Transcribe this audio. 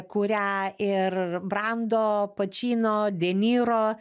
kurią ir brando pačino de niro